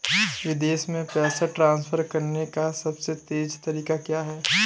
विदेश में पैसा ट्रांसफर करने का सबसे तेज़ तरीका क्या है?